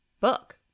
book